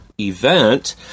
event